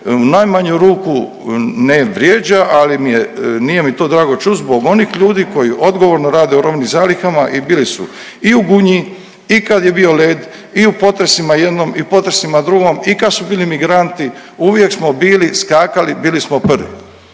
najmanju ruku ne vrijeđa, ali nije mi to drago čuti zbog onih ljudi koji odgovorno rade u robnim zalihama i bili su i u Gunji i kad je bio led i u potresima jednom i potresima drugom i kad su bili migranti uvijek smo bili skakali , bili smo prvi.